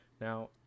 now